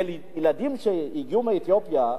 ילדים שהגיעו מאתיופיה,